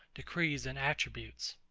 decrees and attributes.